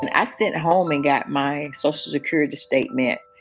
and i sit at home and get my social security statement,